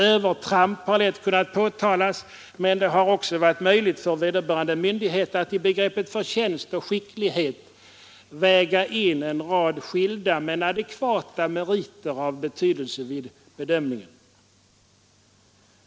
Övertramp har lätt kunnat påtalas, men det har också varit möjligt för vederbörande myndighet att i begreppen förtjänst och skicklighet väga in en rad skilda men adekvata meriter av betydelse vid bedömningen.